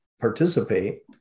participate